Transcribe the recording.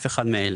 אף אחד מאלה: